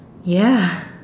ya